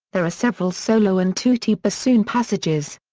there are several solo and tutti bassoon passages.